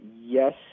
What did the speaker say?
Yes